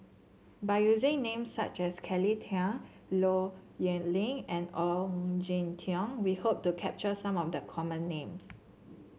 by using names such as Kelly Tang Low Yen Ling and Ong Jin Teong we hope to capture some of the common names